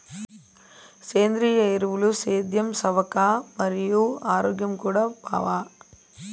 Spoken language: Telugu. సేంద్రియ ఎరువులు సేద్యం సవక మరియు ఆరోగ్యం కూడా బావ